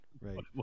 Right